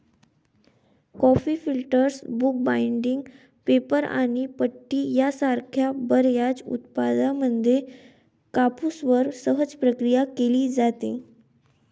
coffee filters, book binding, paper आणि पट्टी यासारख्या बर्याच उत्पादनांमध्ये कापूसवर सहज प्रक्रिया केली जाते